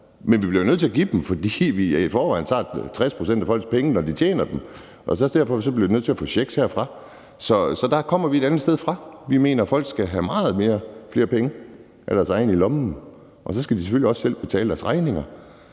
Men vi bliver jo nødt til at give dem, fordi vi i forvejen tager 60 pct. af folks penge, når de tjener dem, og derfor bliver de nødt til at få checks herfra. Så der kommer vi et andet sted fra. Vi mener, at folk skal have mange flere af deres egne penge i lommen, og at de så selvfølgelig også selv skal betale deres regninger.